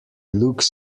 looks